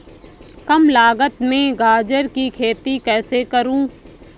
कम लागत में गाजर की खेती कैसे करूँ?